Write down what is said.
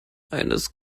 eines